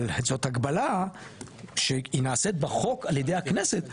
אבל זאת הגבלה שהיא נעשית בחוק על ידי הכנסת,